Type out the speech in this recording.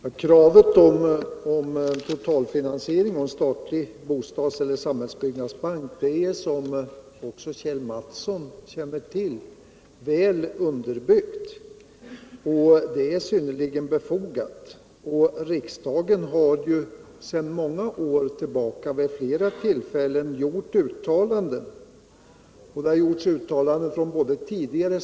Herr talman! Kravet på statlig totalfinansiering genom cn statlig bostadseller samhällsbyggnadsbank är, som Kjell Mattsson känner till, väl underbyggt och synnerligen befogat. Riksdagen har också sedan många år tillbaka vid flera tillfällen gjort uttalanden i den riktningen.